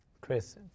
Chris